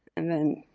and then